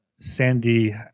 Sandy